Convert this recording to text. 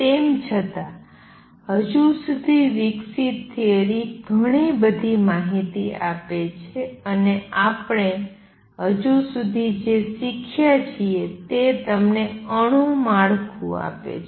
તેમ છતાં હજી સુધી વિકસિત થિયરી ઘણી બધી માહિતી આપે છે અને આપણે હજી સુધી જે શીખ્યા છીએ તે તમને અણુ માળખું આપે છે